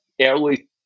early